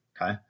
okay